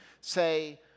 say